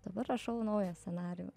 dabar rašau naują scenarijų